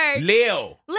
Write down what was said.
Lil